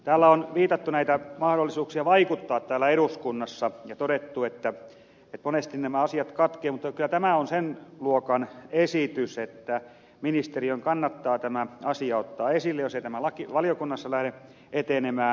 täällä on viitattu mahdollisuuksiin vaikuttaa täällä eduskunnassa ja todettu että monesti nämä asiat katkeavat mutta kyllä tämä on sen luokan esitys että ministeriön kannattaa tämä asia ottaa esille jos ei tämä valiokunnassa lähde etenemään